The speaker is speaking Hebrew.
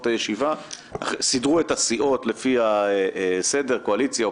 הישיבה של הסיעות לפי הסדר של קואליציה,